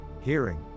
hearing